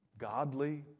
Godly